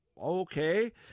Okay